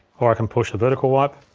or i can push the vertical wipe,